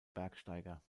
bergsteiger